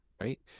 right